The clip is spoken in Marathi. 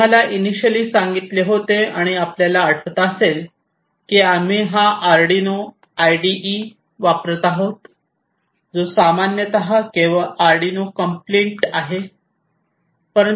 मी तुम्हाला ईनीशीयली सांगितले होते आणि आपल्याला आठवत असेल की आम्ही हा आर्डिनो आयडीई वापरत आहोत जो सामान्यत केवळ आर्डिनो कंप्लिट आहे